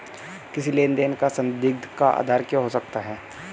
किसी लेन देन का संदिग्ध का आधार क्या हो सकता है?